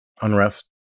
unrest